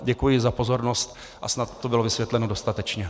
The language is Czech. Děkuji za pozornost a snad to bylo vysvětleno dostatečně.